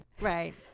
Right